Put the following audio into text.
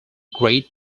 great